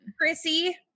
chrissy